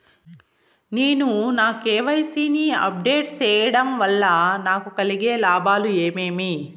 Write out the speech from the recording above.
నేను నా కె.వై.సి ని అప్ డేట్ సేయడం వల్ల నాకు కలిగే లాభాలు ఏమేమీ?